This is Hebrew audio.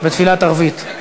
בתפילת ערבית.